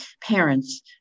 parents